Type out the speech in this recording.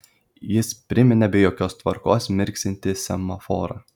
jis priminė be jokios tvarkos mirksintį semaforą